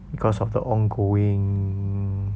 because of the ongoing